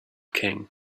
king